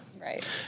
right